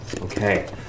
Okay